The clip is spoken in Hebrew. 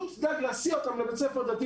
תדאג להסיע אותם לבית ספר דתי שנמצא באזור.